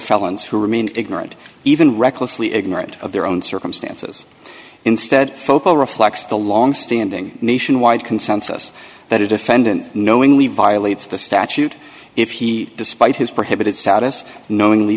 felons who remain ignorant even recklessly ignorant of their own circumstances instead focal reflects the longstanding nationwide consensus that a defendant knowingly violates the statute if he despite his prohibited status knowingly